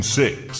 six